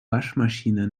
waschmaschine